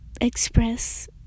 express